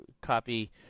Copy